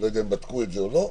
אני לא יודע אם בדקו את זה או לא,